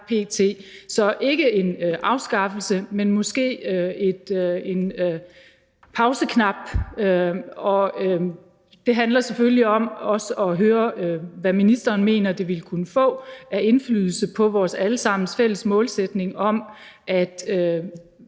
taler ikke om en afskaffelse, men måske om en pauseknap. Det handler selvfølgelig også om at høre, hvilken indflydelse ministeren mener det vil kunne få på vores alle sammens fælles målsætning om